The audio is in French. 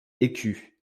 écu